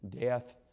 death